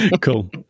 Cool